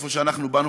מאיפה שאנחנו באנו,